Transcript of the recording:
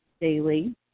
daily